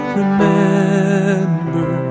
remember